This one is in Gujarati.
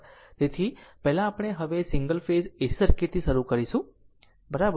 તેથી પહેલા આપણે હવે સીંગલ ફેઝ AC સર્કિટથી શરૂ કરીશું બરાબર